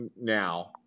now